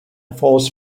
falls